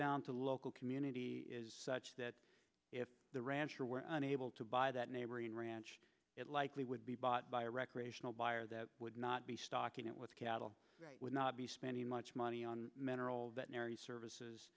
down to local community is such that if the rancher were unable to buy that neighboring ranch it likely would be bought by a recreational buyer that would not be stocking it with cattle would not be spending much money on mineral that mary services